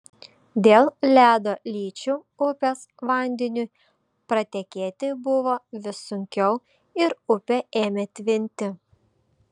dėl ledo lyčių upės vandeniui pratekėti buvo vis sunkiau ir upė ėmė tvinti